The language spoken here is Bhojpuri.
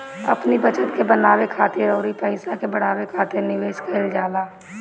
अपनी बचत के बनावे खातिर अउरी पईसा के बढ़ावे खातिर निवेश कईल जाला